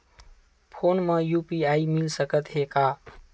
Phone मा UPI मिल सकत हे का?